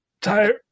tired